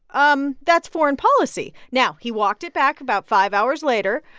um that's foreign policy. now, he walked it back about five hours later.